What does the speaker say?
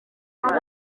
baba